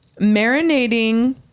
marinating